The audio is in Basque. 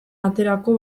aterako